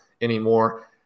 anymore